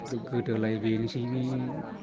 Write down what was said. गोदोलाय बेनोसै